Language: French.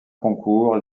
concours